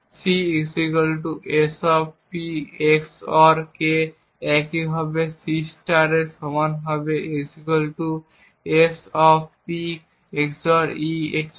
C SP XOR k একইভাবে এটি C এর সমান হবে S P XOR e XOR k